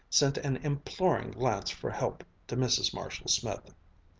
sent an imploring glance for help to mrs. marshall-smith.